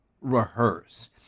rehearse